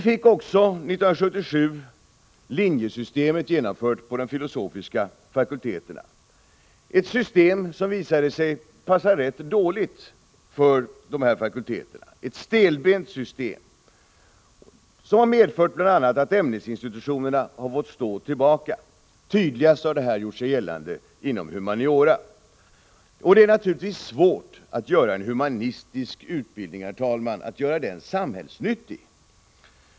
1977 blev också linjesystemet genomfört på de filosofiska fakulteterna, ett system som visade sig passa dessa fakulteter rätt dåligt. Det var ett stelbent system, som bl.a. har medfört att ämnesinstitutionerna fått stå tillbaka. Tydligast har detta gjort sig gällande inom humaniora. Det är naturligtvis svårt, herr talman, att göra en humanistisk utbildning ”samhällsnyttig”.